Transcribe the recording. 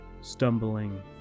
stumbling